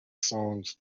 songs